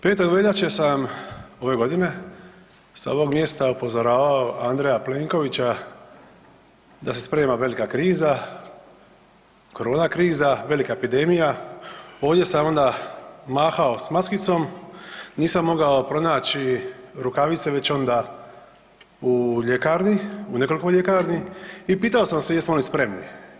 5. veljače sam, ove godine, sa ovog mjesta upozoravao Andreja Plenkovića da se sprema velika kriza, korona kriza, velika epidemija, ovdje sam onda mahao s maskicom, nisam mogao pronaći rukavice, već onda u ljekarni, u nekoliko ljekarni i pitao sam se jesmo li spremni.